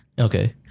Okay